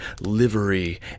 livery